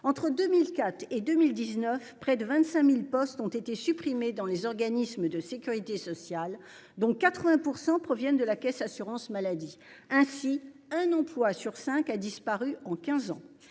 entre 2004 et 2019 près de 25.000 postes ont été supprimés dans les organismes de Sécurité sociale, dont 80% proviennent de la Caisse assurance-maladie ainsi un emploi sur 5 a disparu en 15 ans.